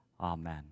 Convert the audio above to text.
Amen